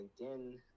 LinkedIn